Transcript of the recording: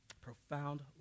Profound